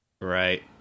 Right